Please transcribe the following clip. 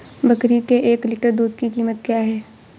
बकरी के एक लीटर दूध की कीमत क्या है?